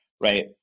right